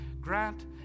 Grant